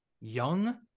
young